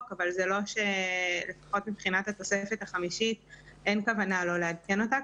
אבל לפחות מבחינת התוספת החמישית אין כוונה לא לעדכן אותה.